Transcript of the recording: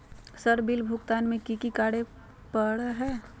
Sir bill भुगतान में की की कार्य पर हहै?